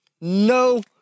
no